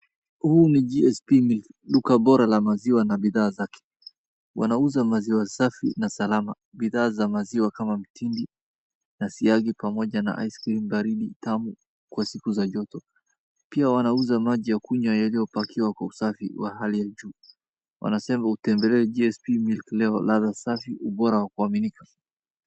Huu ni GSP Milk, duka bora la maziwa na bidhaa zake. Wanauza maziwa safi na salama. Bidhaa za maziwa kama mtindi na siagi, pamoja na aiskrimu baridi tamu kwa siku za joto. Pia wanauza maji ya kunywa yaliyopakiwa kwa usafi wa hali ya juu. Wanasema, Utembelee GSP Milk leo—ladha safi, ubora wa kuaminika.